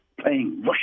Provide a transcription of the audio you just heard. playing